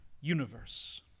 universe